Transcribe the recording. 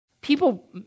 people